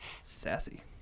Sassy